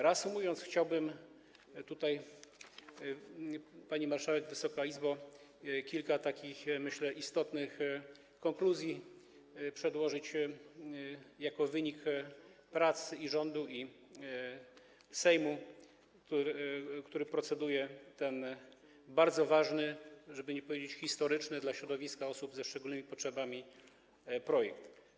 Reasumując, chciałbym tutaj, pani marszałek, Wysoka Izbo, kilka, jak myślę, istotnych konkluzji przedłożyć będących wynikiem prac i rządu, i Sejmu, który proceduje nad tym bardzo ważnym, żeby nie powiedzieć: historycznym dla środowiska osób ze szczególnymi potrzebami projektem.